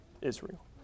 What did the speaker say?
Israel